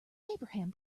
abraham